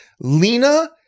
Lena